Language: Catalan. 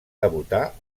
debutar